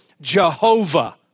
Jehovah